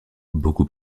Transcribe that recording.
beaucoup